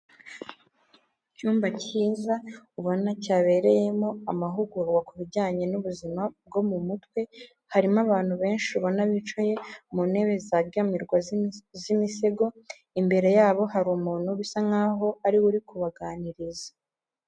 Icyumba cyiza ubona cyabereyemo amahugurwa ku bijyanye n'ubuzima bwo mu mutwe harimo abantu benshi ubona bicaye mu ntebe zegamirwa z'imisego, imbere yabo hari umuntu bisa nk'aho ariwe uri kubaganiriza.